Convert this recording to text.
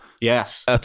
Yes